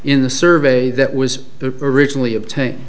in the survey that was the originally obtain